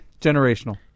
generational